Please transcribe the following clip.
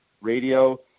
Radio